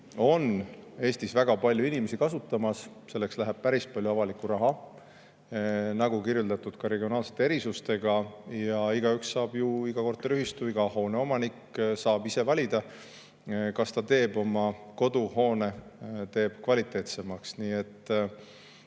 Eestis väga palju inimesi, selleks läheb päris palju avalikku raha, nagu kirjeldatud ka regionaalsete erisustega, ja iga korteriühistu, iga hoone omanik saab ise valida, kas ta teeb oma koduhoone kvaliteetsemaks.